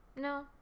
no